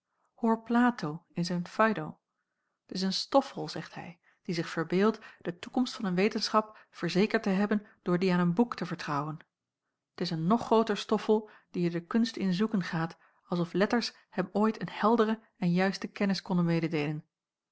hoor plato in zijn phaedo t is een stoffel zegt hij die zich verbeeldt de toekomst van een wetenschap verzekerd te hebben door die aan een boek te vertrouwen t is een nog grooter stoffel die er de kunst in zoeken gaat als of letters hem ooit een heldere en juiste kennis konnen mededeelen